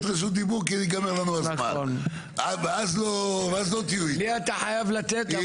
רשות דיבור כי ייגמר לנו הזמן ואז לא תהיו איתו.